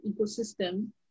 ecosystem